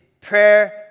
prayer